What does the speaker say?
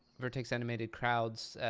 vertex animated crowds.